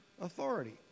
authority